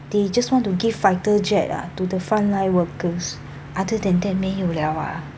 they just want to give fighter jet ah to the front line workers other than that 没有 liao ah